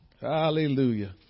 Hallelujah